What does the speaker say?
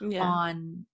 on